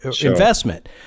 investment